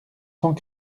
sans